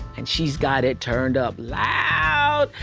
and she's got it turned up loud.